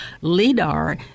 LIDAR